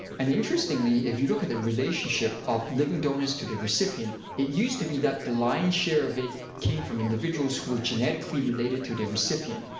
and interestingly, if you look at the relationship of living donors to the recipient, it used to be that the lion's share of it came from individuals who were genetically related to the recipient.